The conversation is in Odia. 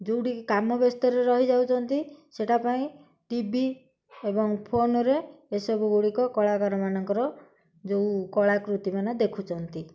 ଯେଉଁଠିକି କାମ ବ୍ୟସ୍ତରେ ରହିଯାଉଛନ୍ତି ସେଇଟା ପାଇଁ ଟି ଭି ଏବଂ ଫୋନ୍ରେ ଏସବୁ ଗୁଡ଼ିକ କଳାକାରମାନଙ୍କର ଯେଉଁ କଳାକୃତି ମାନେ ଦେଖୁଛନ୍ତି